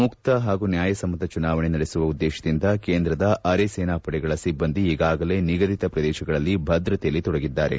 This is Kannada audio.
ಮುಕ್ತ ಹಾಗೂ ನ್ಯಾಯಸಮ್ಮತ ಚುನಾವಣೆ ನಡೆಸುವ ಉದ್ದೇಶದಿಂದ ಕೇಂದ್ರದ ಅರೆ ಸೇನಾಪಡೆಗಳ ಸಿಬ್ಬಂದಿ ಈಗಾಗಲೇ ನಿಗದಿತ ಪ್ರದೇಶಗಳಲ್ಲಿ ಭದ್ರತೆಯಲ್ಲಿ ತೊಡಗಿದ್ದಾರೆ